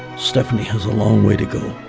stephanie has a long way to go.